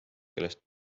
kellest